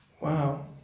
Wow